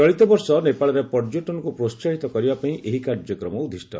ଚଳିତ ବର୍ଷ ନେପାଳରେ ପର୍ଯ୍ୟଟନକୁ ପ୍ରୋହାହିତ କରିବାପାଇଁ ଏହି କାର୍ଯ୍ୟକ୍ରମ ଉଦ୍ଦିଷ୍ଟ